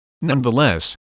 Nonetheless